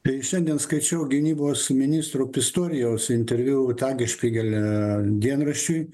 tai šiandien skaičiau gynybos ministrų pistorijaus interviu utagiškai gele dienraščiui